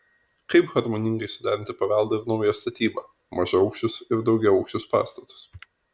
kaip harmoningai suderinti paveldą ir naują statybą mažaaukščius ir daugiaaukščius pastatus